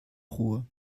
ruhr